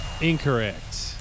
Incorrect